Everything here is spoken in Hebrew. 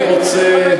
אני רוצה,